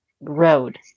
road